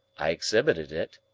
i exhibited it.